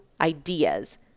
ideas